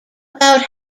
about